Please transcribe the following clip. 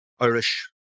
Irish